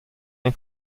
ein